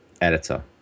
editor